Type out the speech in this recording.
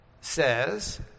says